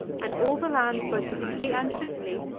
and all the lands, both in italy and sicily,